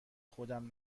خودم